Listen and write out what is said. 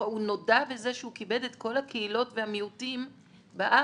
הוא נודע בזה שהוא כיבד את כל הקהילות והמיעוטים בארץ.